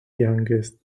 youngest